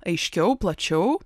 aiškiau plačiau